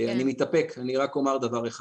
אני מתאפק, אבל אני רק אומר דבר אחד.